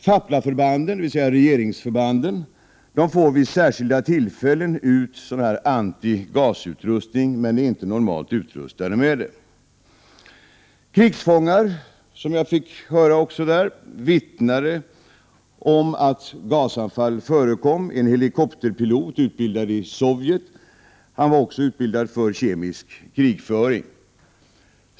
Faplaförbanden, dvs. regeringsförbanden, får vid särskilda tillfällen ut antigasutrustning men är inte utrustade med det normalt. Krigsfångar vittnade om att gasanfall förekom. Det fick jag också höra där. En helikopterpilot utbildad i Sovjet var också utbildad för kemisk krigföring.